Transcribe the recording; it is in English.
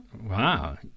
Wow